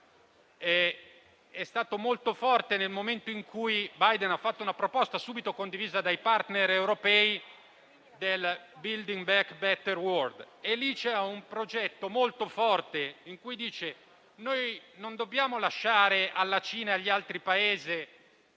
è stato molto forte nel momento in cui Biden ha fatto la proposta, subito condivisa dai *partner* europei, del *build back better world.* Si tratta di un progetto molto forte in cui dice che non dobbiamo lasciare alla Cina e agli altri Paesi